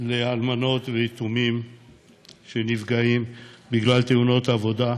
לאלמנות ויתומים שנפגעים בגלל תאונות עבודה,